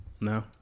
No